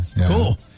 Cool